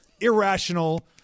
irrational –